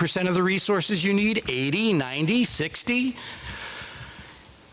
percent of the resources you need eighty ninety sixty